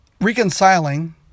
reconciling